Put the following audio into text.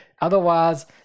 otherwise